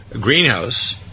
greenhouse